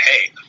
hey